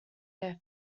their